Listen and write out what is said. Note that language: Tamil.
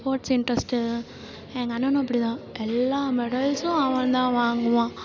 ஸ்போர்ட்ஸ் இன்ட்ரெஸ்ட்டு எங்கள் அண்ணனும் அப்படி தான் எல்லா மெடல்ஸும் அவன் தான் வாங்குவான்